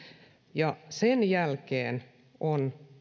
ja sen jälkeen on